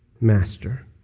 master